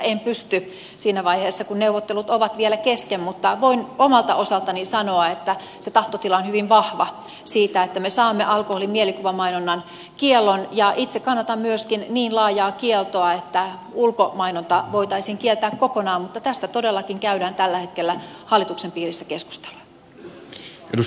en pysty siinä vaiheessa kun neuvottelut ovat vielä kesken mutta voin omalta osaltani sanoa että se tahtotila on hyvin vahva siitä että me saamme alkoholin mielikuvamainonnan kiellon ja itse kannatan myöskin niin laajaa kieltoa että ulkomainonta voitaisiin kieltää kokonaan mutta tästä todellakin käydään tällä hetkellä hallituksen piirissä keskustelua